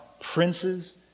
princes